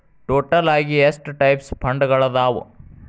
total ಆಗಿ ಎಷ್ಟ types ಫಂಡ್ಗಳದಾವ